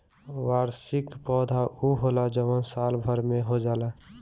वार्षिक पौधा उ होला जवन साल भर में हो जाला